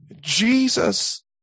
Jesus